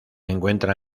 encuentra